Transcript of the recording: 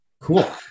Cool